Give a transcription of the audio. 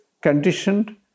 conditioned